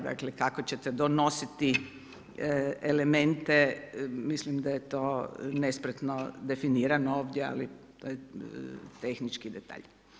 Dakle, kako ćete donositi elemente, mislim da je to nespretno definirano, ali to je tehnički detalj.